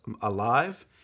alive